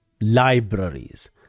libraries